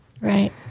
Right